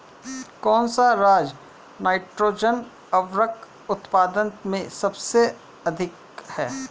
कौन सा राज नाइट्रोजन उर्वरक उत्पादन में सबसे अधिक है?